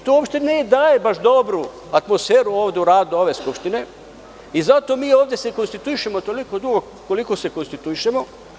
To uopšte ne daje baš dobru atmosferu ovde u radu ove Skupštine i zato mi ovde se konstituišemo toliko dugo koliko se konstituišemo.